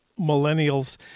millennials